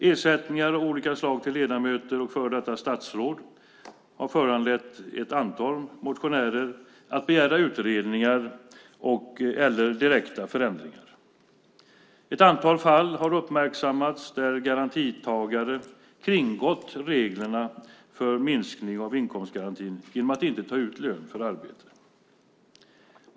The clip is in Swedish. Ersättningar av olika slag till ledamöter och före detta statsråd har föranlett ett antal motionärer att begära utredningar eller direkta förändringar. Ett antal fall har uppmärksammats där garantitagare har kringgått reglerna för minskning av inkomstgarantin genom att inte ta ut lön för arbete.